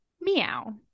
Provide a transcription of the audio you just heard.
Meow